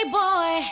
boy